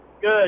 Good